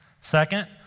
Second